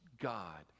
God